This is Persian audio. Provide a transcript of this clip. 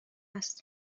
است